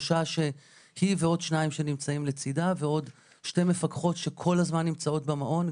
היא ועוד שניים שנמצאים לצידה ועוד שתי מפקחות שכל הזמן נמצאות במעון.